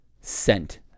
scent